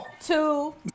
two